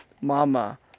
Mama